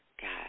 God